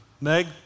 Meg